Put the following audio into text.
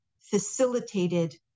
facilitated